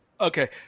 Okay